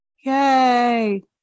Yay